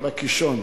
ב"קישון".